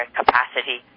capacity